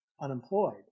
unemployed